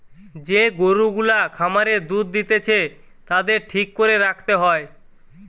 যে গরু গুলা খামারে দুধ দিতেছে তাদের ঠিক করে রাখতে হয়